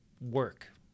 work